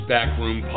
Backroom